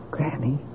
Granny